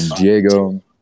Diego